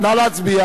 סעיפים